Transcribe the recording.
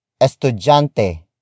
estudiante